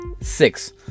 Six